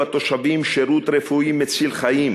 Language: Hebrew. התושבים בישראל שירות רפואי מציל חיים,